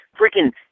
Freaking